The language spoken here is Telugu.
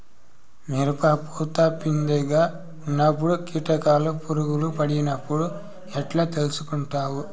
మిరప పూత పిందె గా ఉన్నప్పుడు కీటకాలు పులుగులు పడినట్లు ఎట్లా తెలుసుకుంటావు?